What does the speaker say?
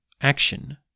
action